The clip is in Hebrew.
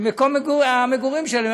ומקום המגורים שלהם,